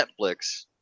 Netflix